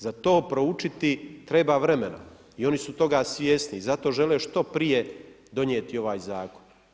Za to proučiti treba vremena i oni su toga svjesni i zato žele što prije donijeti ovaj Zakon.